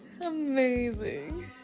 Amazing